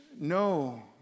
No